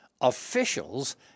officials